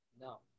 No